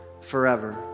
forever